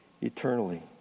eternally